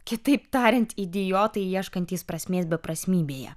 kitaip tariant idiotai ieškantys prasmės beprasmybėje